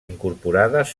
incorporades